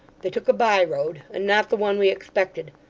they took a by-road, and not the one we expected.